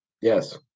Yes